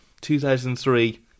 2003